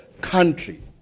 country